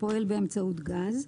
הפועל באמצעות גז,